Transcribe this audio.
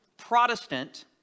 Protestant